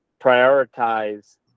prioritize